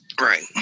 Right